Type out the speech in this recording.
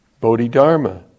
Bodhidharma